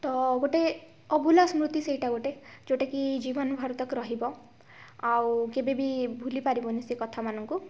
ତ ଗୋଟେ ଅଭୁଲା ସ୍ମୃତି ସେଇଟା ଗୋଟେ ଯେଉଁଟାକି ଜୀବନଭର ତକ ରହିବ ଆଉ କେବେବି ଭୁଲିପାରିବୁନି ସେ କଥାମାନଙ୍କୁ